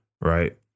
Right